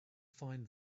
find